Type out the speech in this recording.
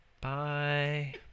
bye